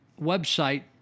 website